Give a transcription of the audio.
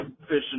fishing